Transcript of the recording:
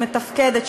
מתפקדת,